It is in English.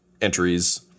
entries